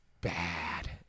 bad